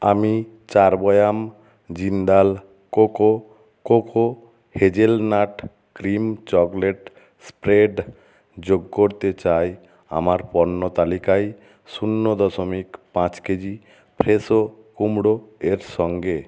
আমি চার বয়াম Jindal cocoa cocoa hazelnut cream chocolate spread যোগ করতে চাই আমার পণ্য তালিকায় শূন্য দশমিক পাঁচ কেজি ফ্রেশো কুমড়ো এর সঙ্গে